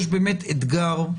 יש באמת אתגר,